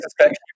suspect